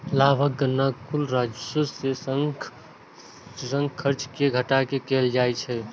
लाभक गणना कुल राजस्व मे सं खर्च कें घटा कें कैल जाइ छै